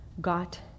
got